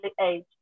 age